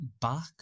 back